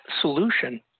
solution